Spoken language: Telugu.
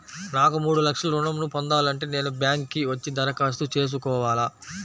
నాకు మూడు లక్షలు ఋణం ను పొందాలంటే నేను బ్యాంక్కి వచ్చి దరఖాస్తు చేసుకోవాలా?